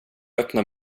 öppnar